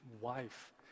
wife